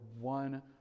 one